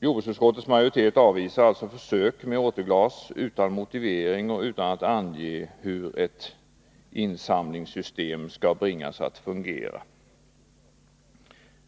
Jordbruksutskottets majoritet avvisar alltså förslaget om försök med återglas utan motivering och utan att ange hur ett insamlingssystem skall bringas att fungera.